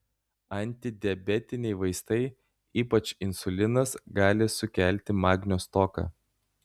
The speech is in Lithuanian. antidiabetiniai vaistai ypač insulinas gali sukelti magnio stoką